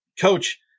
Coach